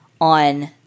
on